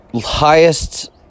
highest